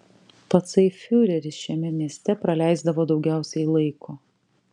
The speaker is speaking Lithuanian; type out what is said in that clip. patsai fiureris šiame mieste praleisdavo daugiausiai laiko